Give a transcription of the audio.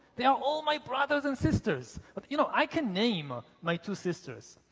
they are all my brothers and sisters. but you know, i can name ah my two sisters.